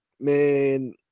Man